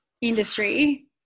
industry